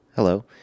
Hello